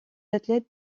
athlètes